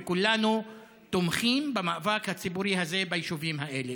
וכולנו תומכים במאבק הציבורי הזה ביישובים האלה.